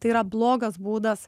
tai yra blogas būdas